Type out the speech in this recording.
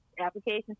application